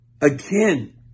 again